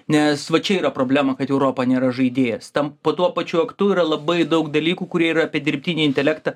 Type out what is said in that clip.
nes va čia yra problema kad europa nėra žaidėjas tam po tuo pačiu aktu yra labai daug dalykų kurie yra apie dirbtinį intelektą